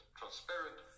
transparent